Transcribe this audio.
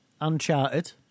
Uncharted